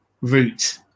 route